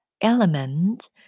element